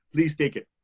please take it.